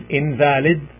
invalid